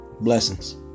Blessings